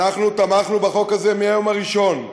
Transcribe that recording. אנחנו תמכנו בחוק הזה מהיום הראשון.